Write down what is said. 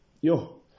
yo